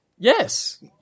Yes